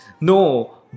No